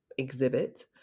exhibit